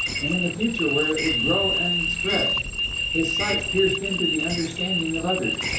and in the future where it would grow and spread his sight pierced into the understanding of others.